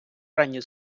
ранні